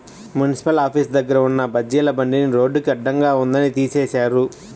municipal office దగ్గర ఉన్న బజ్జీల బండిని రోడ్డుకి అడ్డంగా ఉందని తీసేశారు